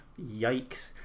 yikes